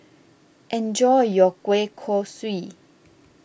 enjoy your Kuih Kaswi